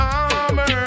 armor